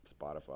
Spotify